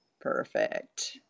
Perfect